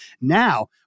Now